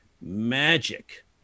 magic